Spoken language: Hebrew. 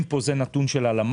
יש פה נתון של הלמ"ס.